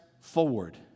forward